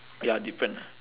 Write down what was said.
ya different